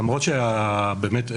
למרות שבאמת,